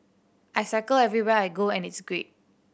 I cycle everywhere I go and it's great